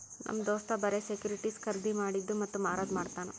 ನಮ್ ದೋಸ್ತ್ ಬರೆ ಸೆಕ್ಯೂರಿಟಿಸ್ ಖರ್ದಿ ಮಾಡಿದ್ದು ಮತ್ತ ಮಾರದು ಮಾಡ್ತಾನ್